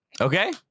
Okay